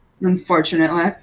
Unfortunately